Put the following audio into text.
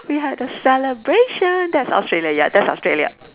we had a celebration that's Australia ya that's Australia